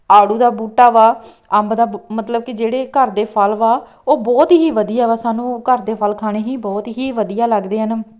ਆੜੂ ਦਾ ਬੂਟਾ ਵਾ ਅੰਬ ਦਾ ਮਤਲਬ ਕਿ ਜਿਹੜੇ ਘਰ ਦੇ ਫ਼ਲ ਵਾ ਉਹ ਬਹੁਤ ਹੀ ਵਧੀਆ ਵਾ ਸਾਨੂੰ ਘਰ ਦੇ ਫ਼ਲ ਖਾਣੇ ਹੀ ਬਹੁਤ ਹੀ ਵਧੀਆ ਲੱਗਦੇ ਹਨ